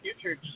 future